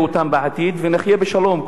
ונחיה בשלום כולם בלי בעיות.